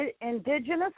indigenous